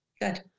Good